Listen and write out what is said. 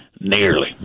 nearly